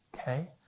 Okay